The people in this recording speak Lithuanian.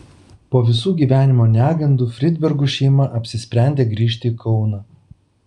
po visų gyvenimo negandų fridbergų šeima apsisprendė grįžti į kauną